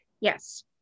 Yes